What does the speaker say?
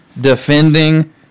defending